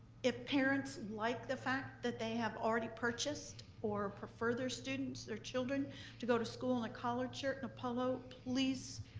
if parents like the fact that they have already purchased or prefer their students, their children to go to school in a collared shirt and a polo, please,